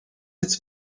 its